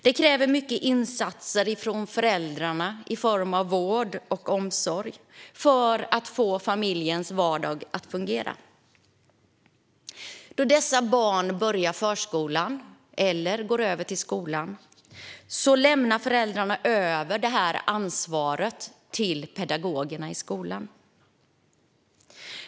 Det kräver många insatser från föräldrarna i form av vård och omsorg för att få familjens vardag att fungera. Då dessa barn börjar förskolan eller går över till skolan lämnar föräldrarna över det ansvaret till pedagogerna i skolan.